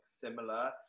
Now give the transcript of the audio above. similar